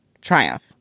triumph